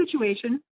situation